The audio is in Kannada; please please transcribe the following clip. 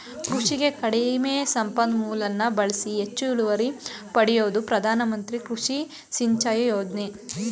ಕೃಷಿಗೆ ಕಡಿಮೆ ಸಂಪನ್ಮೂಲನ ಬಳ್ಸಿ ಹೆಚ್ಚು ಇಳುವರಿ ಪಡ್ಯೋದೇ ಪ್ರಧಾನಮಂತ್ರಿ ಕೃಷಿ ಸಿಂಚಾಯಿ ಯೋಜ್ನೆ